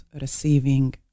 receiving